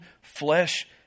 flesh